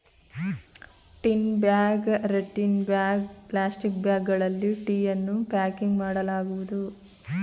tin bag, ರಟ್ಟಿನ bag, plastic ಬ್ಯಾಗ್ಗಳಲ್ಲಿ ಟೀಯನ್ನು ಪ್ಯಾಕಿಂಗ್ ಮಾಡಲಾಗುವುದು